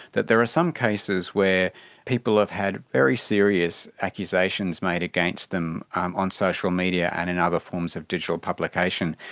that there are some cases where people have had very serious accusations made against them um on social media and in other forms of digital publication,